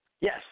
Yes